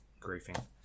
Griefing